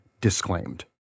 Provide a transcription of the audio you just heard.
disclaimed